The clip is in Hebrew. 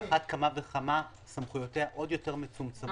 על אחת כמה וכמה סמכויותיה עוד יותר מצומצמות.